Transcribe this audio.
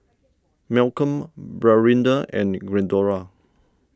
Malcolm Brianda and Glendora